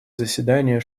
заседание